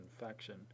infection